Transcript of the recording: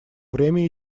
время